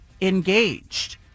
engaged